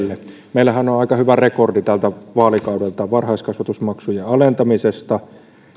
meillähän on aika hyvä rekordi tältä vaalikaudelta varhaiskasvatusmaksujen alentamisesta